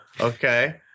Okay